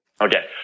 Okay